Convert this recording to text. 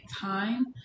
time